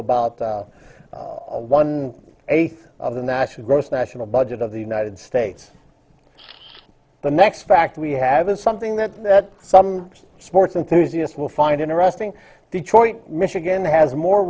the one eighth of the natural gross national budget of the united states the next fact we have is something that some sports enthusiasts will find interesting detroit michigan has more